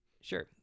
Sure